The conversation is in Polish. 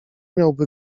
miałby